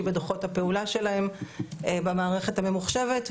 בדוחות הפעולה שלהם במערכת הממוחשבת,